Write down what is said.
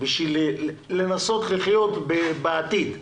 בשביל לחיות מהן בעתיד,